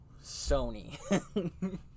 Sony